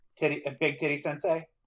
Big-titty-sensei